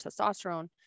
testosterone